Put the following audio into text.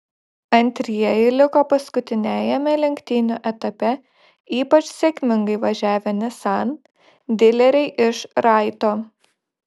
antrieji liko paskutiniajame lenktynių etape ypač sėkmingai važiavę nissan dileriai iš raito